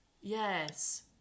Yes